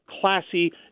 classy